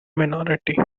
minority